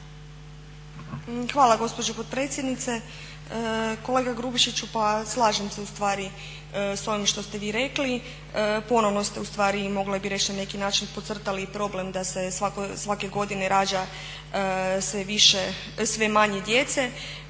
Hvala gospođo potpredsjednice. Kolega Grubišiću, pa slažem se ustvari s ovim što ste vi rekli. Ponovno ste ustvari mogla bih reći na neki način podcrtali i problem da se svake godine rađa sve manje djece,